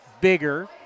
bigger